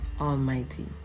Almighty